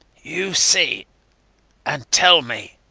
you see and tell me.